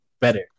better